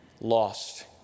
lost